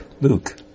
Luke